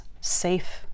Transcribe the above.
safe